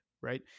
right